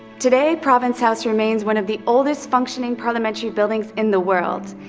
today, province house remains one of the oldest functioning parliamentary buildings in the world.